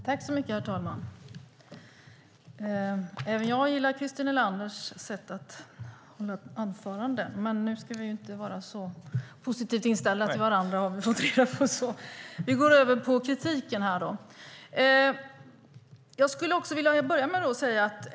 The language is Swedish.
Herr talman! Också jag gillar Christer Nylanders sätt att hålla anföranden. Men nu ska vi inte vara så positivt inställda till varandra, har vi fått veta, så jag går över till kritiken.